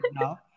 now